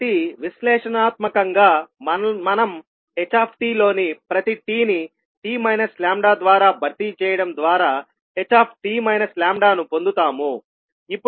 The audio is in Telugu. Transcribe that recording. కాబట్టి విశ్లేషణాత్మకంగా మనం h లోని ప్రతి t ని t λ ద్వారా భర్తీ చేయడం ద్వారా ht λ ను పొందుతాము